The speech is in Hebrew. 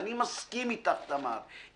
ואני מסכים איתך, תמר,